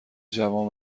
جوان